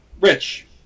Rich